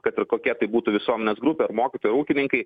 kad ir kokia tai būtų visuomenės grupė ar mokytojai ar ūkininkai